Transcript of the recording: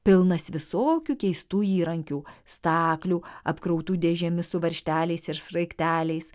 pilnas visokių keistų įrankių staklių apkrautų dėžėmis su varžteliais ir sraigteliais